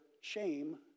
shame